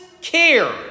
care